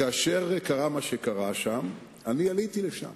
כאשר קרה מה שקרה שם עליתי לשם